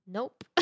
Nope